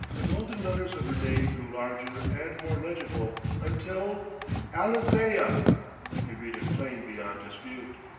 the golden letters of her name grew larger and more legible until alethea he could read it plain beyond dispute.